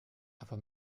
aber